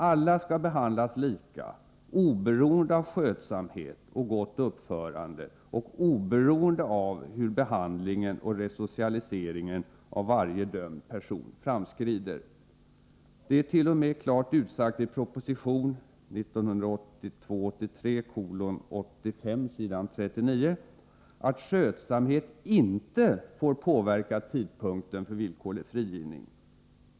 Alla skall behandlas lika, oberoende av skötsamhet och gott uppförande och oberoende av hur behandlingen och resocialiseringen av varje dömd person framskrider. Det är t.o.m. klart utsagt i proposition 1982/83:85 s.39 att skötsamhet inte får påverka tidpunkten för villkorlig frigivning.